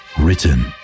written